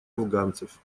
афганцев